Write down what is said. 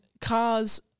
cars